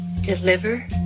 Deliver